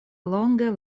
longe